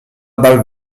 dal